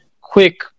quick